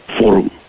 Forum